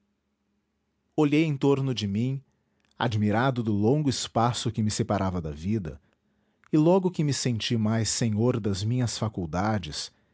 olhei em torno de mim admirado do longo espaço que me separava da vida e logo que me senti mais senhor das minhas faculdades